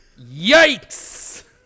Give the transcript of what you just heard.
Yikes